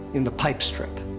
in the pipe strip.